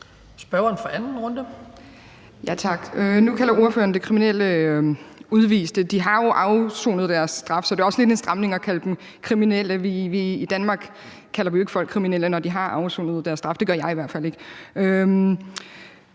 Nu kalder ordføreren dem kriminelle udviste. De har jo afsonet deres straf, så det er også lidt en stramning at kalde dem kriminelle. I Danmark kalder vi jo ikke folk kriminelle, når de har afsonet deres straf. Det gør jeg i hvert fald ikke.